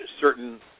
certain